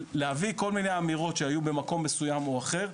להביא כל מיני אמירות שהיו במקום מסוים או אחר,